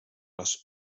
les